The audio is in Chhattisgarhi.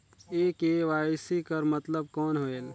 ये के.वाई.सी कर मतलब कौन होएल?